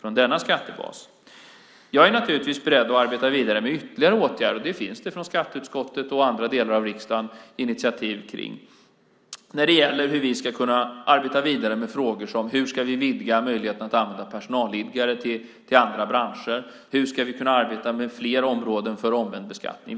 från denna skattebas. Jag är naturligtvis beredd att arbeta vidare med ytterligare åtgärder. Det finns initiativ från skatteutskottet och andra delar av riksdagen när det gäller att arbeta vidare med till exempel frågor om hur användandet av personalliggare ska vidgas till andra branscher och fler områden för omvänd beskattning.